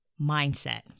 mindset